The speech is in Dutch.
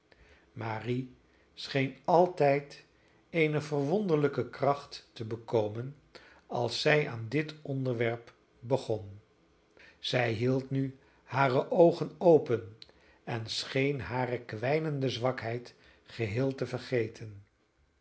marie scheen altijd eene verwonderlijke kracht te bekomen als zij aan dit onderwerp begon zij hield nu hare oogen open en scheen hare kwijnende zwakheid geheel te vergeten